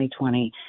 2020